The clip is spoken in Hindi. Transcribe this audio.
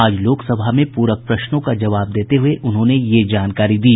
आज लोकसभा में पूरक प्रश्नों का जवाब देते हुए उन्होंने यह जानकारी दी